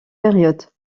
période